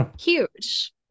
huge